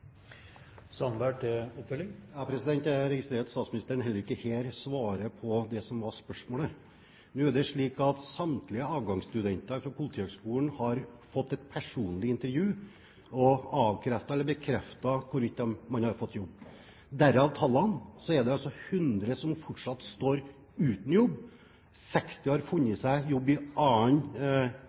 Jeg registrerer at statsministeren heller ikke her svarer på det som var spørsmålet. Nå er det slik at samtlige avgangsstudenter fra Politihøgskolen har fått et personlig intervju og avkreftet eller bekreftet hvorvidt man har fått jobb – derav tallene. Så er det 100 som fortsatt står uten jobb. 60 har funnet seg jobb i